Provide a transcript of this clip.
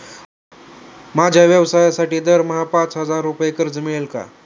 माझ्या व्यवसायासाठी दरमहा पाच हजार रुपये कर्ज मिळेल का?